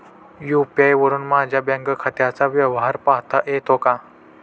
UPI वरुन माझ्या bank खात्याचा व्यवहार पाहता येतो का?